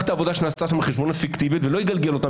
את העבודה שנעשתה שם בחשבון אפקטיביות ולא יגלגל אותן